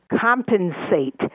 compensate